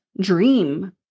dream